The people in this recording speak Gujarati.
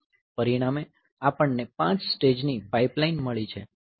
પરિણામે આપણને 5 સ્ટેજની પાઇપલાઇન મળી છે